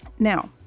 Now